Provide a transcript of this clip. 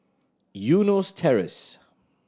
Eunos Terrace